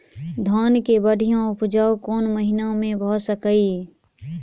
धान केँ बढ़िया उपजाउ कोण महीना मे भऽ सकैय?